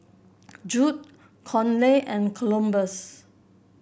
Judd Conley and Columbus